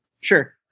Sure